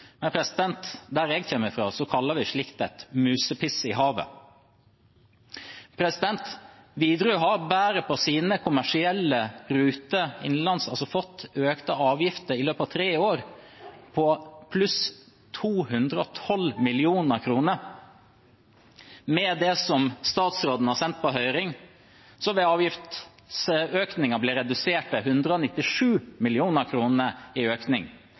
men der jeg kommer fra, kaller vi slikt for et musepiss i havet. Widerøe har bare på sine kommersielle ruter innenlands fått økte avgifter på pluss 212 mill. kr i løpet av tre år. Med det statsråden har sendt på høring, vil avgiftsøkningen bli redusert til 197 mill. kr. i økning.